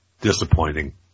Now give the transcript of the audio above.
Disappointing